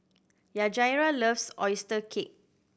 Yajaira loves oyster cake